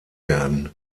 werden